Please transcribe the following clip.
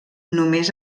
només